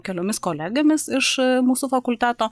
keliomis kolegomis iš mūsų fakulteto